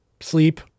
sleep